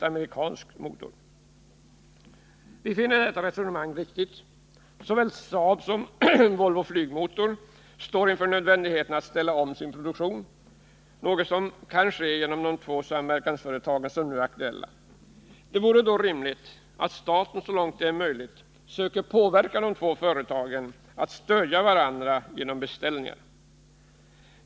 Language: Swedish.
Vi finner detta resonemang riktigt. Såväl Saab som Volvo Flygmotor står inför nödvändigheten att ställa om sin produktion, något som nu kan ske i de två samverkansföretag som är aktuella. Det vore då rimligt att staten, så långt det är möjligt, söker påverka de två företagen att stödja varandra genom beställningar.